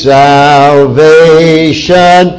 salvation